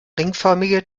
ringförmige